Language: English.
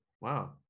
Wow